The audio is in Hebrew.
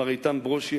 מר איתן ברושי,